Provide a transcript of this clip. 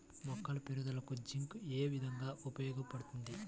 మొక్కల పెరుగుదలకు జింక్ ఏ విధముగా ఉపయోగపడుతుంది?